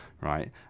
right